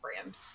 brand